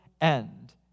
end